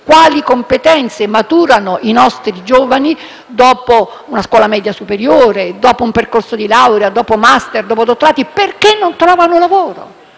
quali competenze maturano effettivamente i nostri giovani dopo la scuola media superiore, dopo un percorso di laurea, dopo un *master* e un dottorato. Perché non trovano lavoro?